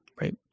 right